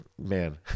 man